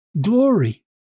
glory